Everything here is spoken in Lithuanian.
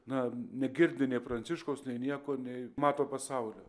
na negirdi nei pranciškaus nei nieko nei mato pasaulio